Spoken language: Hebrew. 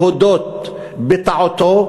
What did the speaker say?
להודות בטעותו,